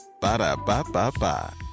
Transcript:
Ba-da-ba-ba-ba